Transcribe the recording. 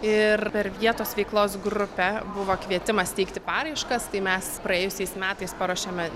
ir per vietos veiklos grupę buvo kvietimas teikti paraiškas tai mes praėjusiais metais paruošėme